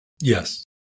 Yes